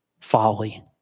folly